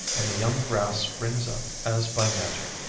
and the young grass springs up as by magic,